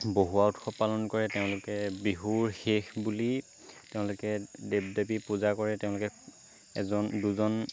বহুৱা উৎসৱ পালন কৰে তেওঁলোকে বিহুৰ শেষ বুলি তেওঁলোকে দেৱ দেৱী পূজা কৰে তেওঁলোকে এজন দুজন